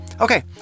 Okay